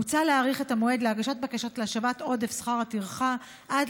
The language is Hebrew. מוצע להאריך את המועד להגשת בקשות להשבת עודף שכר הטרחה עד